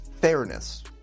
fairness